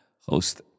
host